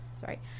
sorry